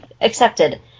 accepted